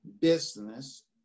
business